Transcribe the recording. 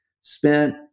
spent